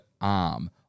arm